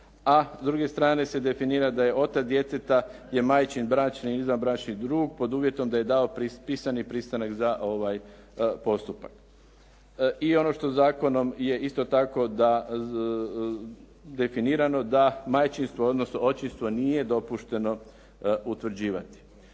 a s druge strane se definira da je otac djeteta majčin bračni, izvanbračni drug pod uvjetom da je dao pisani pristanak za ovaj postupak. I ono što zakonom je isto tako definirano da majčinstvo odnosno očinstvo nije dopušteno utvrđivati.